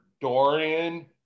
Dorian